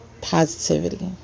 positivity